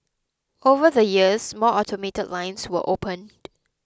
over the years more automated lines were opened